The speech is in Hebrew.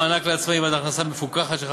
מענק לעצמאי בעד הכנסה מפוקחת),